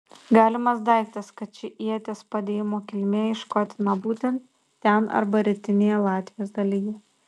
galimas daiktas kad ši ieties padėjimo kilmė ieškotina būtent ten arba rytinėje latvijos dalyje